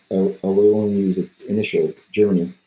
ah ah will only use its initials, germany,